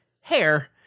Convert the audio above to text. hair